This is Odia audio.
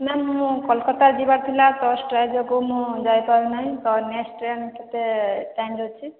ନା ମୁଁ କୋଲକତା ଯିବାର ଥିଲା ତ ଷ୍ଟେଜ୍କୁ ମୁଁ ଯାଇପାରୁ ନାହିଁ ତ ନେକ୍ସଟ୍ ଟ୍ରେନ୍ କେତେ ଟାଇମ୍ ରେ ଅଛି